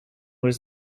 was